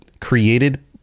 created